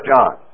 John